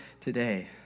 today